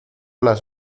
las